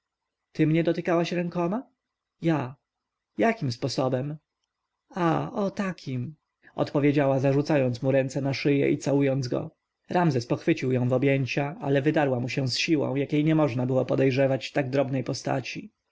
ty mnie dotykałaś rękoma ja jakim sposobem a o takim odpowiedziała zarzucając mu ręce na szyję i całując go ramzes pochwycił ją w objęcia ale wydarła mu się z siłą jakiej nie można było podejrzewać w tak drobnej postaci